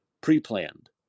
pre-planned